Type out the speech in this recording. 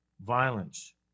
violence